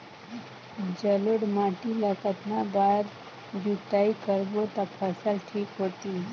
जलोढ़ माटी ला कतना बार जुताई करबो ता फसल ठीक होती?